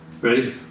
Ready